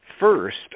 First